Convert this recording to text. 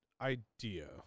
idea